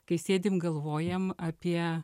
kai sėdim galvojam apie